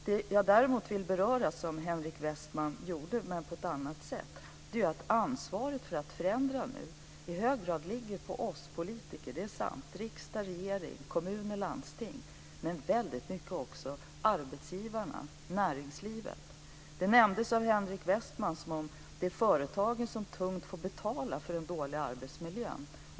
Vad jag däremot vill beröra, som också Henrik Westman gjorde men på ett annat sätt, är att ansvaret för att förändra nu i hög grad ligger hos oss politiker - det är sant - i riksdag, regering, kommuner och landsting. Men det ligger också ett väldigt stort ansvar hos arbetsgivarna, näringslivet. Det nämndes av Henrik Westman som om det är företagen som tungt får betala för den dåliga arbetsmiljön.